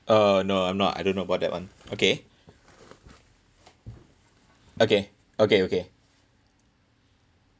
uh no I'm not I don't know about that [one] okay okay okay okay